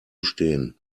stehen